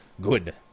Good